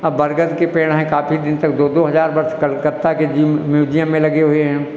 अब बरगद के पेड़ हैं काफी दिन तक दो दो हज़ार वर्ष कलकत्ता के जीव म्यूजियम में लगे हुए हैं